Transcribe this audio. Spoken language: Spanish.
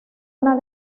una